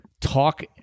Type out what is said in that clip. Talk